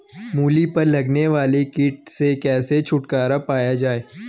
मूली पर लगने वाले कीट से कैसे छुटकारा पाया जाये?